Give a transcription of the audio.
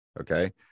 okay